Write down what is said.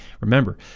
remember